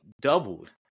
doubled